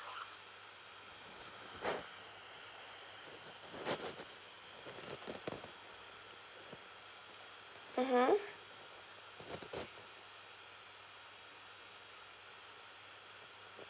mmhmm